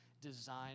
design